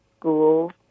school